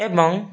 ଏବଂ